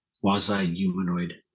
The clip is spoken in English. quasi-humanoid